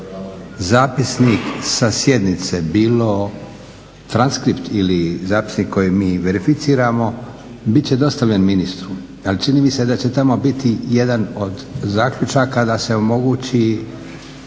zapisnik sa sjednice, bilo transkript ili zapisnik koji mi verificiramo, bit će dostavljen ministru. Ali čini mi se da će tamo biti jedan od zaključaka da se omogući